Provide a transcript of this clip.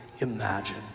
imagine